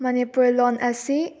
Manipur loan ꯑꯁꯤ